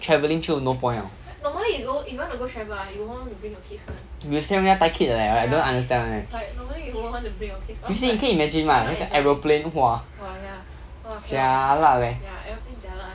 travelling 就 no point 了有些人要带 kid 的 leh I don't understand one leh you see 你可以 imagine mah 那个 aeroplane !wah! jialat leh